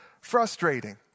frustrating